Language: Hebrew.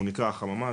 הוא נקרא החממה.